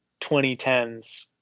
2010s